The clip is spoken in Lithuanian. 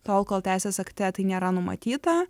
tol kol teisės akte tai nėra numatyta